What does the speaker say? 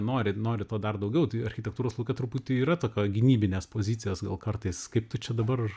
nori nori to dar daugiau tai architektūros lauke truputį yra tokio gynybinės pozicijos gal kartais kaip tu čia dabar